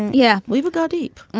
yeah. we've got eat.